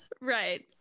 Right